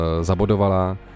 zabodovala